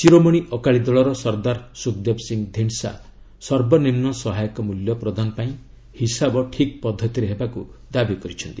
ଶିରୋମଣି ଅକାଳି ଦଳର ସର୍ଦ୍ଦାର ସୁଖଦେବ ସିଂହ ଧିଣ୍ଡସା ସର୍ବନିମ୍ନ ସହାୟକ ମୂଲ୍ୟ ପ୍ରଦାନ ପାଇଁ ହିସାବ ଠିକ୍ ପଦ୍ଧତିରେ ହେବାକୁ ଦାବି କରିଛନ୍ତି